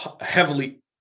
heavily